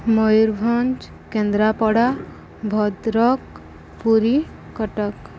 Mayurbhanj Kendrapara Bhadrak Puri Cuttack